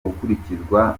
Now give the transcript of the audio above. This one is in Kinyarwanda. gukurikizwa